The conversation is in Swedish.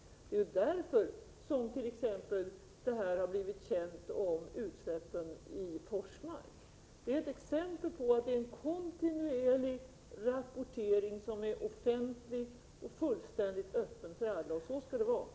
Det är t.ex. därför som utsläppen i Forsmark har blivit kända. Det är ett exempel på att det förekommer en kontinuerlig offentlig rapportering, som är fullständigt öppen för alla, och så skall det vara.